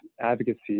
advocacy